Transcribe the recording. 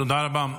תודה רבה.